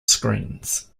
screens